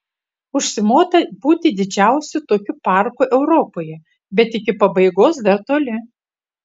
užsimota būti didžiausiu tokiu parku europoje bet iki pabaigos dar toli